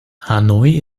hanoi